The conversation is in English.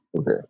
Okay